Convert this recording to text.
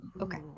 okay